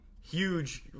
Huge